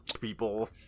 people